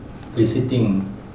visiting